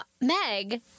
Meg